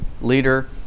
leader